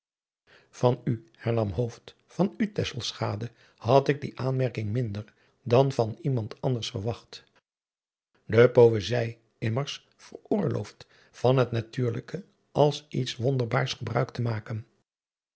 van u hernam hooft van u tesselschade had ik die aanmerking minder dan van iemand anders adriaan loosjes pzn het leven van hillegonda buisman verwacht de poëzij immers veroorlooft van het natuurlijke als iets wonderbaars gebruik vie maken